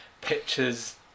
pictures